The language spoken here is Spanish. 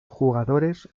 jugadores